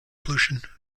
pollution